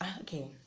Okay